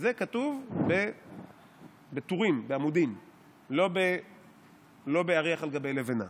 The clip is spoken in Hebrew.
שזה כתוב בטורים, בעמודים, לא באריח על גבי לבנה,